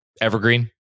Evergreen